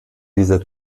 dieser